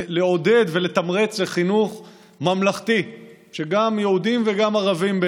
לעודד ולתמרץ לחינוך ממלכתי שגם יהודים וגם ערבים,